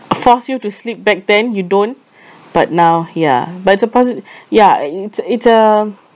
force you to sleep back then you don't but now ya but it's a posi~ ya it's it's a